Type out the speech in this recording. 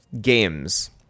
games